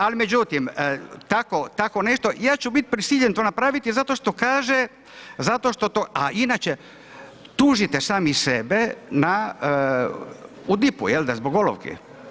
Ali međutim, tako nešto, ja ću biti prisiljen to napraviti, zato što kaže, zato što to, a inače tužite sami sebe u DIP-u jel da, zbog olovke.